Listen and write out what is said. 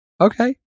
Okay